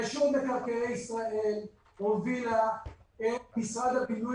רשות מקרקעי ישראל הובילה את משרד הבינוי